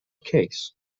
case